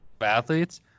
athletes